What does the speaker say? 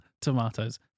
Tomatoes